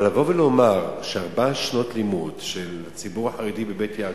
אבל לבוא ולומר שארבע שנות לימוד של הציבור החרדי ב"בית יעקב",